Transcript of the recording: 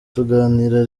tuganira